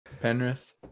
Penrith